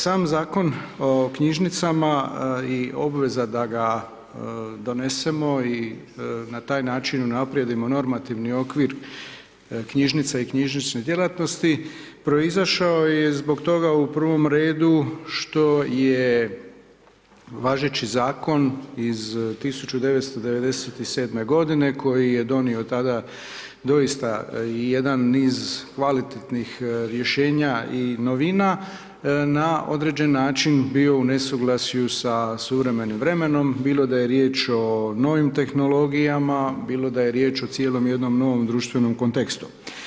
Sam Zakon o knjižnicama i obveza da ga donesemo i na taj način unaprijedimo normativni okvir knjižnice i knjižnične djelatnosti proizašao je i zbog toga u prvom redu što je važeći zakon iz 1997. godine koji je donio tada doista i jedan niz kvalitetnih rješenja i novina na određen način bio u nesuglasju sa suvremenim vremenom, bilo da je riječ o novim tehnologijama, bilo da je riječ o cijelom jednom novom društvenom kontekstu.